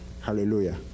Hallelujah